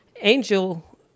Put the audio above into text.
Angel